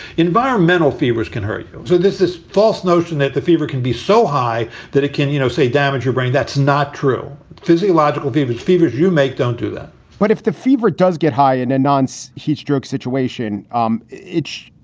enviromental fevers can hurt you. so there's this false notion that the fever can be so high that you know say damage your brain. that's not true. physiological fevers, fevers you make don't do that but if the fever does get high in, then and nonce, heat stroke situation um itch,